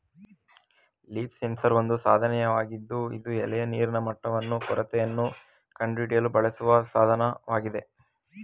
leaf sensor ಒಂದು ಸಾಧನವಾಗಿದ್ದು ಇದು ಎಲೆಯ ನೀರಿನ ಮಟ್ಟವನ್ನು ಕೊರತೆಯನ್ನು ಕಂಡುಹಿಡಿಯಲು ಬಳಸುವ ಸಾಧನವಾಗಿದೆ